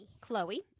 Chloe